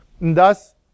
Thus